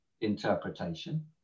interpretation